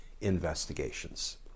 investigations